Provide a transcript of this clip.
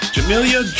Jamelia